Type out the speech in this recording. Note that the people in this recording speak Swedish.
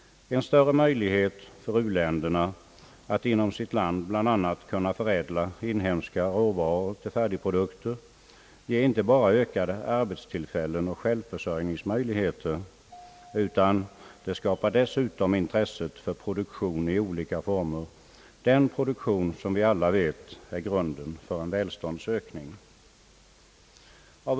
En större möjlighet för u-länderna att kunna förädla inhemska råvaror till färdigprodukter ger inte bara arbetstillfällen och självförsörjningsmöjligheter, utan skapar dessutom intresse för produktion i olika former, den produktion som vi alla vet är grunden för en välståndsökning.